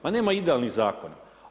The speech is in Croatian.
Ma nema idealnog zakona.